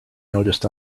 noticed